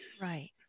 Right